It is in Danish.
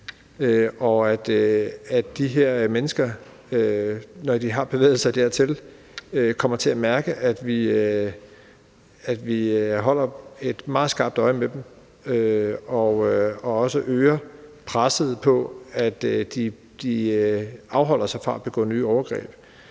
og at de her mennesker, når de har bevæget sig dertil, kommer til at mærke, at vi holder et meget skarpt øje med dem og også øger presset, så de afholder sig fra at begå nye overgreb.